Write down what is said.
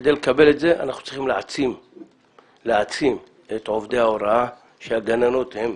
וכדי לקבל את זה אנחנו צריכים להעצים את עובדי ההוראה שהגננות הן